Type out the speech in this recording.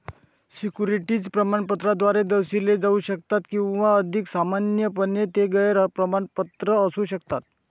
securities प्रमाणपत्राद्वारे दर्शविले जाऊ शकतात किंवा अधिक सामान्यपणे, ते गैर प्रमाणपत्र असू शकतात